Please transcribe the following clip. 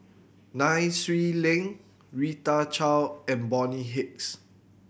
Nai Swee Leng Rita Chao and Bonny Hicks